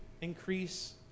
increase